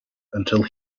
until